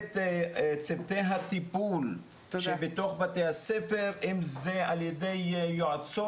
את צוותי הטיפול שבתוך בתי הספר אם זה על ידי יועצות,